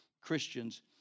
Christians